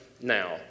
now